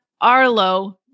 Arlo